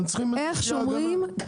הם צריכים שתהיה הגנה.